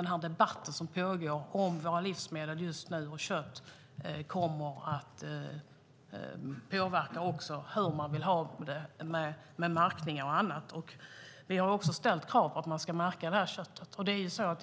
Den debatt som pågår om våra livsmedel, särskilt kött, kommer att påverka märkning och annat. Vi har också ställt krav på att det här köttet ska märkas.